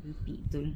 merepek dia orang